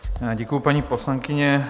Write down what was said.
Děkuju, paní poslankyně.